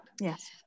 Yes